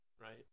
Right